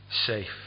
safe